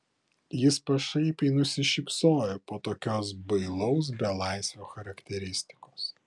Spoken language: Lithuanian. jis pašaipiai nusišypsojo po tokios bailaus belaisvio charakteristikos